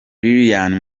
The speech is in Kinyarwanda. liliane